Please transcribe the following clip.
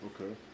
Okay